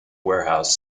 warehouse